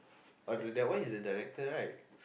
oh the that one is the director right